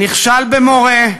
נכשל במורה,